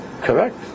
correct